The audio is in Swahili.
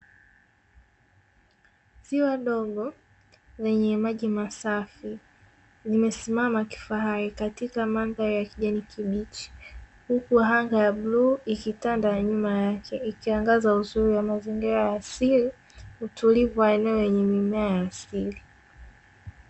Ziwa dogo lenye maji masafi limesimama kifahari katika mandhari ya kijani kibichi, huku anga la bluu likitanda nyuma yake ikiangaza uzuri wa mazingira ya asili, utulivu wa maeneo yaenye mimea ya asili.